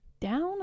down